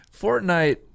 Fortnite